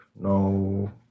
no